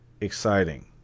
exciting